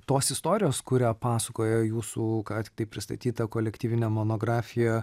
tos istorijos kurią pasakoja jūsų ką tiktai pristatyta kolektyvinė monografija